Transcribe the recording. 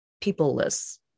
people-less